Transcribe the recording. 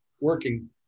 working